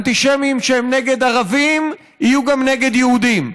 אנטישמים שהם נגד ערבים יהיו גם נגד יהודים,